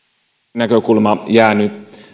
näkökulma jäänyt